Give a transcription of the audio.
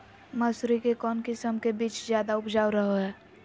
मसूरी के कौन किस्म के बीच ज्यादा उपजाऊ रहो हय?